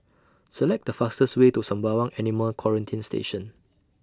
Select The fastest Way to Sembawang Animal Quarantine Station